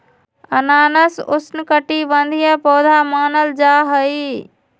अनानास उष्णकटिबंधीय पौधा मानल जाहई